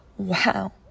Wow